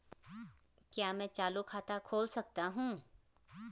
क्या मैं चालू खाता खोल सकता हूँ?